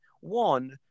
one